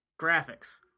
graphics